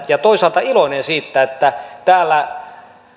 ja toisaalta iloinen siitä että täällä